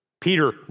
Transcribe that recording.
Peter